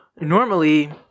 normally